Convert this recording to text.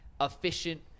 efficient